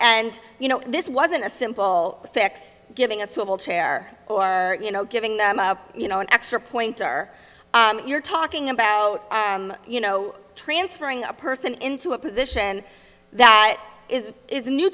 and you know this wasn't a simple fix giving a swivel chair or you know giving them you know an extra point or you're talking about you know transferring a person into a position that is is new